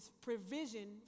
provision